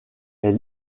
est